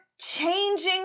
changing